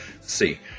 see